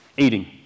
Eating